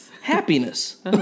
happiness